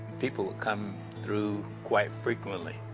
people would come through quite frequently,